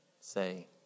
say